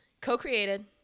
Co-created